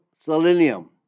selenium